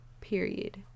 period